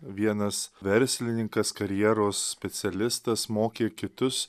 vienas verslininkas karjeros specialistas mokė kitus